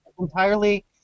entirely